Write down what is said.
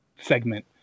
segment